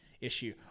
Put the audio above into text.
issue